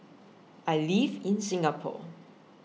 I live in Singapore